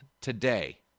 today